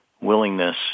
willingness